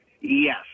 Yes